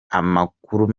amakuru